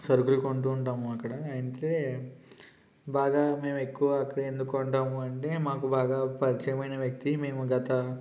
సరుకులు కొంటూ ఉంటాము అక్కడ అయితే బాగా మేము ఎక్కువ అక్కడే ఎందుకు కొంటాము అంటే మాకు బాగా పరిచయమైన వ్యక్తి మేము గత